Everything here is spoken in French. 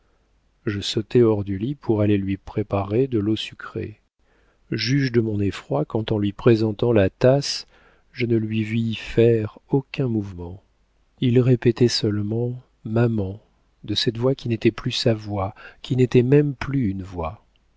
je sautai hors du lit pour aller lui préparer de l'eau sucrée juge de mon effroi quand en lui présentant la tasse je ne lui vis faire aucun mouvement il répétait seulement maman de cette voix qui n'était plus sa voix qui n'était même plus une voix